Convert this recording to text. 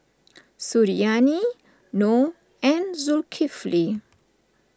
Suriani Noh and Zulkifli